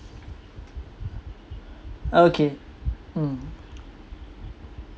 okay mm